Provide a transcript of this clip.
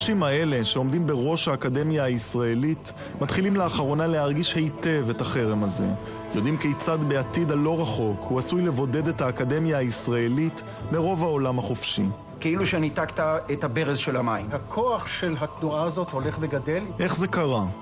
האנשים האלה שעומדים בראש האקדמיה הישראלית מתחילים לאחרונה להרגיש היטב את החרם הזה, יודעים כיצד בעתיד הלא רחוק הוא עשוי לבודד את האקדמיה הישראלית מרוב העולם החופשי, כאילו שניתקת את הברז של המים, הכוח של התנועה הזאת הולך וגדל איך זה קרה?